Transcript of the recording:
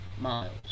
Miles